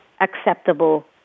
acceptable